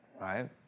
right